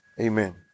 Amen